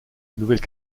nouvelle